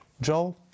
Joel